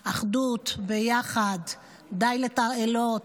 אחדות, ביחד, די לתרעלות.